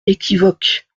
équivoque